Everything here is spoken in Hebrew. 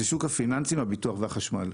זה השוק הפיננסי, הביטוח והחשמל.